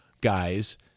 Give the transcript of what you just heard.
guys